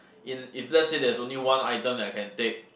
in if let's say there's only one item that I can take